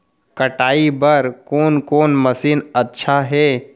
कटाई बर कोन कोन मशीन अच्छा हे?